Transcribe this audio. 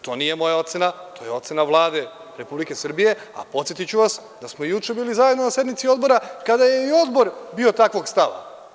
To nije moja ocena, to je ocena Vlade Republike Srbije, a podsetiću vas, da smo juče bili zajedno na sednici Odbora kada je i Odbor bio takvog stava.